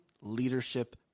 leadership